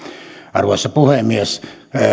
arvoisa puhemies